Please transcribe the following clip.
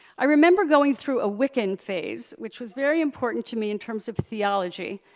i remember going through a wiccan phase, which was very important to me in terms of theology,